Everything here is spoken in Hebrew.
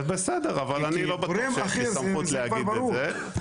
בסדר, אבל אני לא בטוח שיש לי סמכות להגיד את זה.